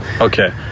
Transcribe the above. okay